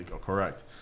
correct